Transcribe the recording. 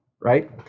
right